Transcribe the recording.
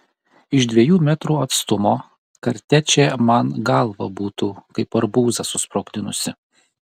iš dviejų metrų atstumo kartečė man galvą būtų kaip arbūzą susprogdinusi